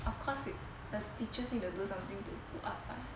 of course the teachers need to do something to pull up right